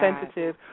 sensitive